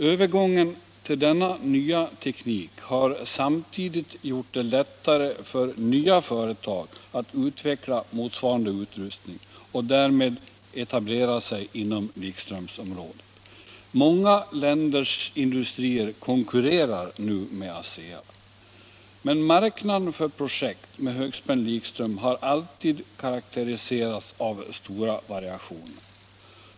Övergången till denna teknik har samtidigt gjort det lättare för nya företag att utveckla motsvarande utrustning och därmed etablera sig inom likströmsområdet. Många länders industrier konkurrerar nu med ASEA. Marknaden för projekt med högspänd likström har alltid karakteriserats av stora variationer.